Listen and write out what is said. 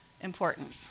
Important